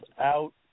out